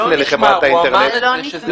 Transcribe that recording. הוא אמר שזה לא נשמר.